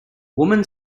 women